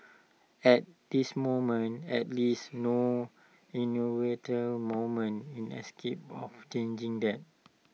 at this moment at least no movement is capable of changing that